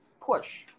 push